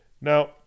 Now